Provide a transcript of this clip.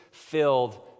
filled